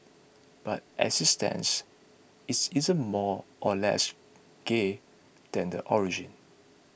but as it stands it's isn't more or less gay than the origin